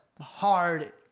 hard